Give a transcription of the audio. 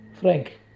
Frank